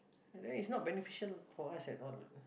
then is not beneficial for us at all what